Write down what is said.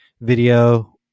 video